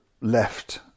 left